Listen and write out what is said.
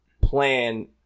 plan